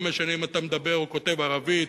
לא משנה אם אתה מדבר או כותב ערבית,